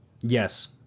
yes